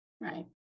Right